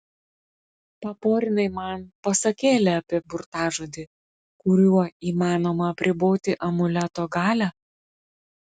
paporinai man pasakėlę apie burtažodį kuriuo įmanoma apriboti amuleto galią